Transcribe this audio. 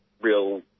real